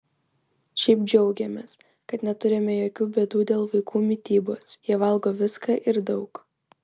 šiaip džiaugiamės kad neturime jokių bėdų dėl vaikų mitybos jie valgo viską ir daug